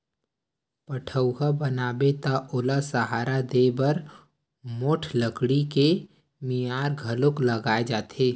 पठउहाँ बनाबे त ओला सहारा देय बर मोठ लकड़ी के मियार घलोक लगाए जाथे